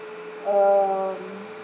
um